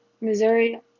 missouri